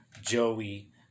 Joey